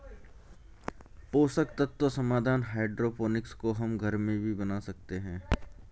पोषक तत्व समाधान हाइड्रोपोनिक्स को हम घर में भी बना सकते हैं